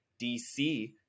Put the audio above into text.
DC